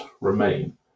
remain